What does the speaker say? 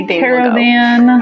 caravan